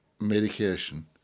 medication